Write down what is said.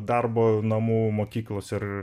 darbo namų mokyklos ir